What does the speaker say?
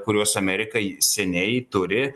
kuriuos amerikai seniai turi